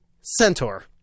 centaur